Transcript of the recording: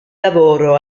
lavoro